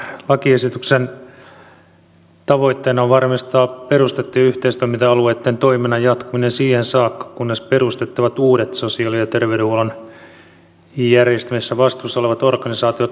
tämän lakiesityksen tavoitteena on varmistaa perustettujen yhteistoiminta alueitten toiminnan jatkuminen siihen saakka kunnes perustettavat uudet sosiaali ja terveydenhuollon järjestämisestä vastuussa olevat organisaatiot aloittavat toimintansa